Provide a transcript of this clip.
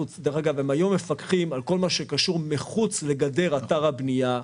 הם היום מפקחים על כל מה שקשור מחוץ לגדר אתר הבנייה.